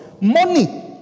money